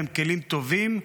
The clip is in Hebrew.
והם כלים טובים,